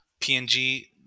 PNG